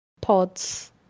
pods